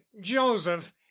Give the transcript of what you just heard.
joseph